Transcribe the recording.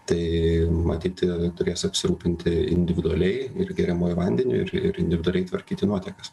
tai matyt turės apsirūpinti individualiai ir geriamuoju vandeniu ir ir individualiai tvarkyti nuotekas